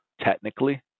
technically